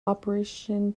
operation